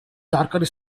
darker